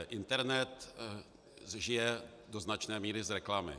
Internet žije do značné míry z reklamy.